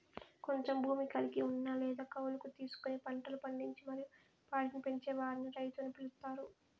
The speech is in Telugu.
కొంచెం భూమి కలిగి ఉన్న లేదా కౌలుకు తీసుకొని పంటలు పండించి మరియు పాడిని పెంచే వారిని రైతు అని పిలుత్తారు